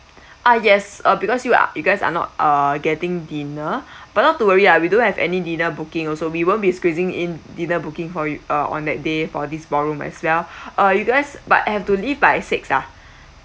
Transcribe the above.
ah yes uh because you are you guys are not uh getting dinner but not to worry ah we don't have any dinner booking also we won't be squeezing in dinner booking for you uh on that day for this ballroom as well uh you guys but have to leave by six ah